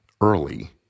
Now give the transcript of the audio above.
early